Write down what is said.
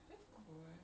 no